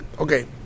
okay